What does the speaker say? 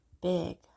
big